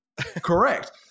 correct